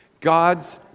God's